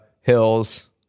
hills